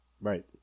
Right